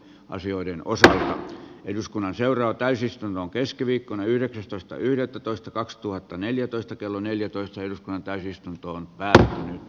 asioiden osaa eduskunnan seuraa täysistunnon keskiviikkona yhdeksästoista yhdettätoista kaksituhattaneljätoista kello neljätoista täysistuntoon e